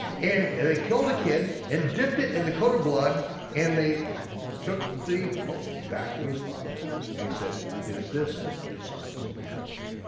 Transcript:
and and they killed a kid, and dipped it in the coat of blood and they took the coat back to his father and he said, is this your son's coat?